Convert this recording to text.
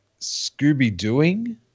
Scooby-Dooing